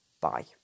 Bye